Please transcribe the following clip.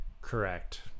Correct